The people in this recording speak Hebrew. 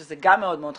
שזה גם מאוד מאוד חשוב.